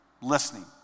listening